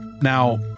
Now